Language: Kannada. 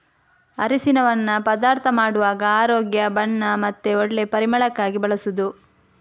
ಅರಸಿನವನ್ನ ಪದಾರ್ಥ ಮಾಡುವಾಗ ಆರೋಗ್ಯ, ಬಣ್ಣ ಮತ್ತೆ ಒಳ್ಳೆ ಪರಿಮಳಕ್ಕಾಗಿ ಬಳಸುದು